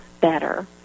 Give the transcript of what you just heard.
better